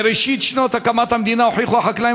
מראשית שנות הקמת המדינה הוכיחו החקלאים